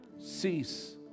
cease